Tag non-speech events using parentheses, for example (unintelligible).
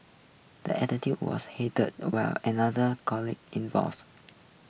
the attitude was heated while another colleague (unintelligible)